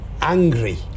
angry